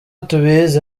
tubizi